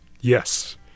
Yes